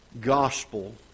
gospel